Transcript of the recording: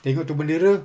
tengok itu bendera